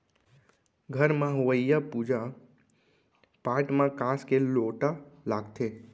घर म होवइया पूजा पाठ म कांस के लोटा लागथे